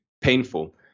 painful